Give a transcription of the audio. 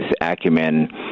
acumen